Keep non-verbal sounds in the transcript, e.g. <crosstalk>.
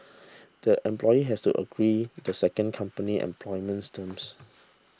the employee has to agree <noise> the second company's employment terms